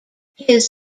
his